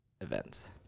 events